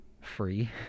free